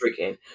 freaking